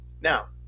Now